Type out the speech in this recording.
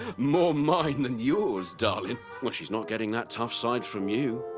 more mine than yours, darling what she's not getting that tough side from you.